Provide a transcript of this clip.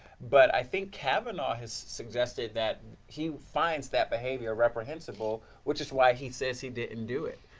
but i think kavanaugh has suggested that he finds that behavior reprehensible. which is why he says he didn't do it.